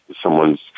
someone's